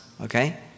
Okay